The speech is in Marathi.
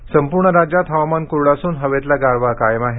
हवामान संपूर्ण राज्यात हवामान कोरडे असून हवेतला गारवा कायम आहे